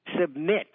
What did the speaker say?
submit